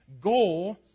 goal